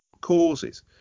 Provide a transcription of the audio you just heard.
causes